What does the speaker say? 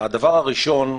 הדבר הראשון,